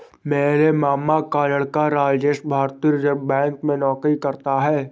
मेरे मामा का लड़का राजेश भारतीय रिजर्व बैंक में नौकरी करता है